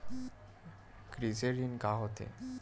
कृषि ऋण का होथे?